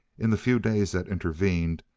in the few days that intervened,